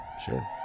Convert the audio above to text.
Sure